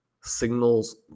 Signals